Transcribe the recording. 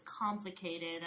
complicated